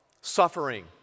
suffering